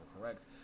correct